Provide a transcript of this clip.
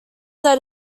that